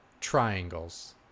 triangles